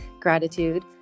gratitude